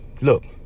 look